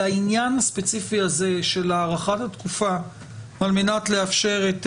לעניין הספציפי הזה של הארכת התקופה על מנת לאפשר את